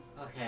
Okay